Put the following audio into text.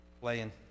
playing